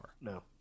No